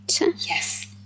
yes